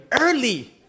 early